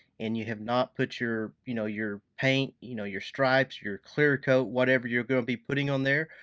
and you have not put your you know your paint, you know your stripes, your clear-coat, whatever you're gonna be putting on there,